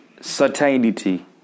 certainty